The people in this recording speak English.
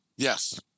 Yes